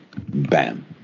Bam